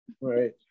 Right